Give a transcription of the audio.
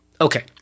Okay